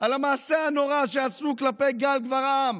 על המעשה הנורא שעשו כלפי גל גברעם,